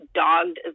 dogged